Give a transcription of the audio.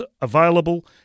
available